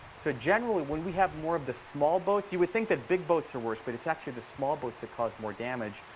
so generally, when we have more of the small boats, you would think that big boats are worse, but it's actually the small boats that cause more damage.